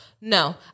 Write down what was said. no